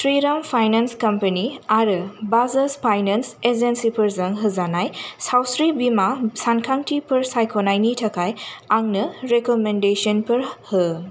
Shriram finance company आरो Bajaj finance एजेन्सिफोरजों होजानाय सावस्रि बीमा सानथांखिफोर सायख'नायनि थाखाय आंनो रेकमेन्देसनफोर हो